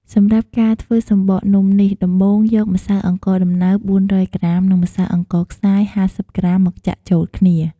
សម្រាប់ការធ្វើសំបកនំនេះដំបូងយកម្សៅអង្ករដំណើប ៤០០ក្រាម និងម្សៅអង្ករខ្សាយ៥០ក្រាមមកចាក់ចូលគ្នា។